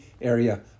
area